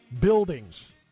buildings